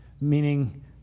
Meaning